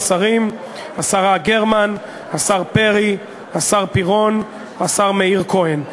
השרה גרמן, השר פרי, השר פירון, השר מאיר כהן.